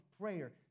prayer